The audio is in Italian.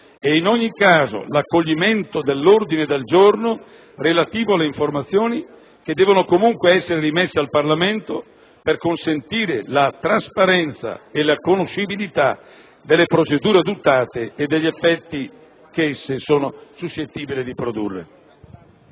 e, in ogni caso, l'accoglimento dell'ordine del giorno relativo alle informazioni che devono comunque essere rimesse al Parlamento per consentire la trasparenza e la conoscibilità delle procedure adottate e degli effetti che esse sono suscettibili di produrre.